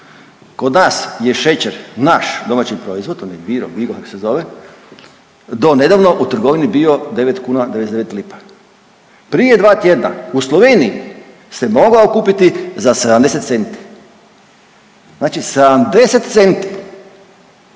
Kod nas je šećer naš domaći proizvod onaj Viro, Viro kak se zove do nedavno u trgovini bio 9 kuna 99 lipa. Prije dva tjedna u Sloveniji se mogao kupiti za 70 centi. Znači 70 centi,